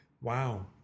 Wow